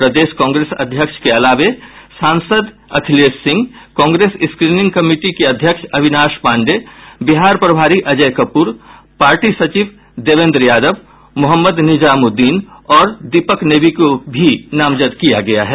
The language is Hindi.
प्रदेश कांग्रेस अध्यक्ष के अलावे सांसद अखिलेश सिंह कांग्रेस स्क्रीनिंग कमिटी के अध्यक्ष अविनाश पाण्डेय बिहार प्रभारी अजय कपूर पार्टी सचिव देवेन्द्र यादव मोहम्मद निजामुद्दीन और दीपक नेगी को भी नामजद किया गया है